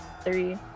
three